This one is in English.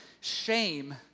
shame